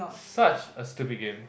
such a stupid game